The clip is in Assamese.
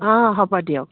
অঁ হ'ব দিয়ক